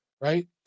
right